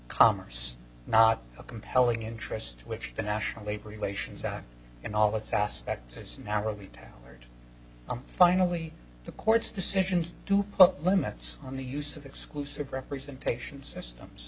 commerce not a compelling interest which the national labor relations act in all its aspects is narrow down i'm finally the court's decision to put limits on the use of exclusive representation systems